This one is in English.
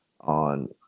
on